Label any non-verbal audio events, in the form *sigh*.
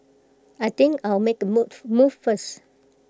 I think I'll make A *unintelligible* move first